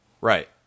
Right